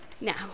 Now